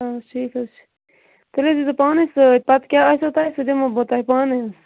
آ ٹھیٖکھ حظ چھُ تیٚلہِ حظ دیو پانے سۭتۍ پَتہٕ کیٛاہ آسیو تۄہہِ سُہ دِمو بہٕ تۄہہِ پانے حظ